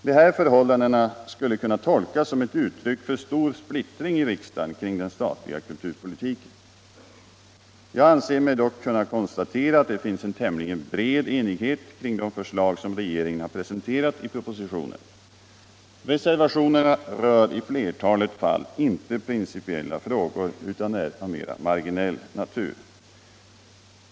Dessa förhållanden skulle kunna tolkas som ett uttryck för stor splittring i riksdagen kring den statliga kulturpolitiken. Jag anser mig dock kunna konstatera att det finns en tämligen bred enighet kring de förslag som regeringen har presenterat i propositionerna. Reservationerna rör i flertalet fall inte principiella frågor utan är av mer marginell natur.